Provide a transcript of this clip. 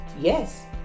Yes